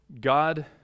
God